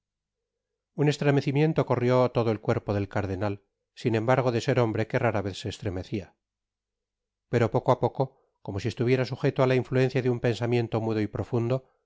un estremecimiento recorrió todo el cuerpo del cardenal sin embargo de ser hombre que rara vez se estremecía pero poco á poco como si estuviera sujeto á la influencia de un pensamiento mudo y profundo